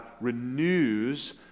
renews